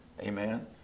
amen